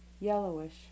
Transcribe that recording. yellowish